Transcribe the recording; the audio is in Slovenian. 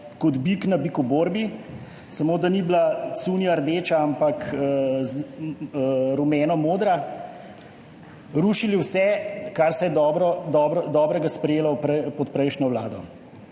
kot bik na bikoborbi, samo da ni bila cunja rdeča, ampak rumeno-modra, rušili vse, kar se je dobrega sprejelo pod prejšnjo vlado.